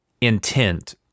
intent